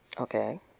Okay